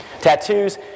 Tattoos